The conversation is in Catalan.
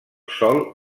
sòl